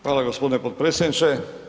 Hvala gospodine potpredsjedniče.